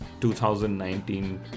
2019